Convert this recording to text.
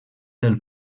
del